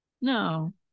No